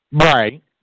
Right